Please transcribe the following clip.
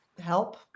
help